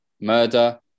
murder